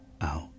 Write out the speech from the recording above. out